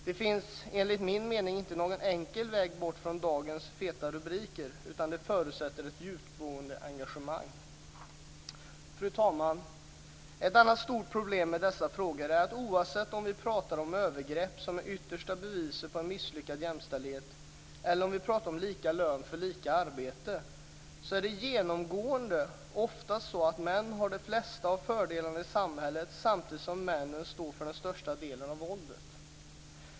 Det finns enligt min mening inte någon enkel väg bort från dagens feta rubriker, utan det förutsätter ett djupgående engagemang. Fru talman! Ett annat stort problem med dessa frågor är att oavsett om vi pratar om övergrepp som är det yttersta beviset på en misslyckad jämställdhet eller om vi pratar om lika lön för lika arbete så är det genomgående ofta så att män har de flesta av fördelarna i samhället samtidigt som männen står för den största delen av våldet.